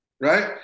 Right